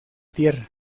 tierra